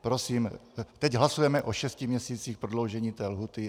Prosím, teď hlasujeme o šesti měsících prodloužení lhůty.